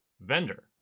vendor